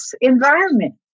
environment